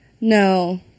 No